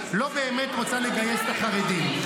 לא באמת רוצה לגייס את החרדים.